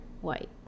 white